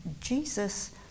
Jesus